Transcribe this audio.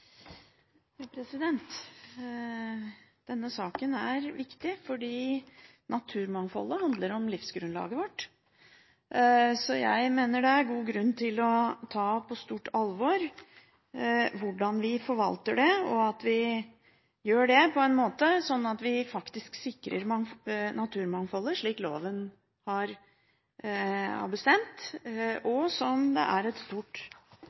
Denne saken er viktig, fordi naturmangfoldet handler om livsgrunnlaget vårt. Jeg mener det er god grunn til å ta på stort alvor hvordan vi forvalter det, og at vi gjør det på en måte som sikrer naturmangfoldet slik loven har bestemt, og som det vel er